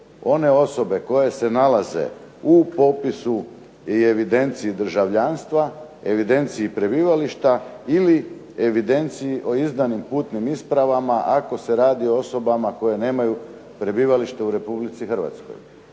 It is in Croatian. one osobe koje se nalaze u popisu i evidenciji državljanstva, evidenciji prebivališta ili evidenciji o izdanim putnim ispravama ako se radi o osobama koje nemaju prebivalište u Republici Hrvatskoj.